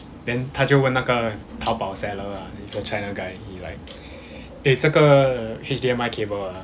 then 他就问那个淘宝 seller ah he's a china guy he's like eh 这个 H_D_M_I cable